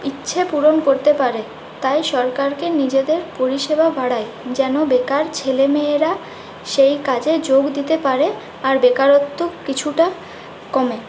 ইচ্ছেপূরণ করতে পারে তাই সরকারকে নিজেদের পরিষেবা বাড়ায় যেন বেকার ছেলেমেয়েরা সেই কাজে যোগ দিতে পারে আর বেকারত্ব কিছুটা কমে